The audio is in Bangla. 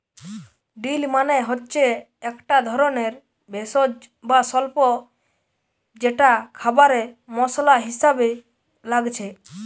ডিল মানে হচ্ছে একটা ধরণের ভেষজ বা স্বল্প যেটা খাবারে মসলা হিসাবে লাগছে